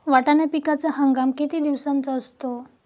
वाटाणा पिकाचा हंगाम किती दिवसांचा असतो?